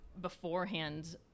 beforehand